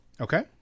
okay